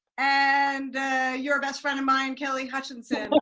and your best friend and mine kelly hutchinson